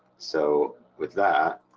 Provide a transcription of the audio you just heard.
so with that